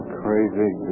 crazy